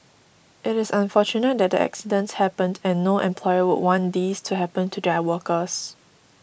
it is unfortunate that the accidents happened and no employer would want these to happen to their workers